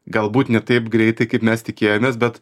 galbūt ne taip greitai kaip mes tikėjomės bet